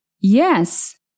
Yes